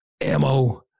ammo